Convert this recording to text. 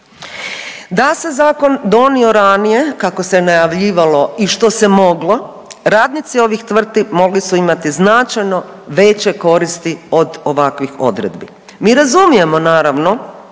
Da se zakon donio ranije kako se najavljivalo i što se moglo, radnici ovih tvrtki mogli su imati značajno veće koristi od ovakvih odredbi. Mi razumijemo naravno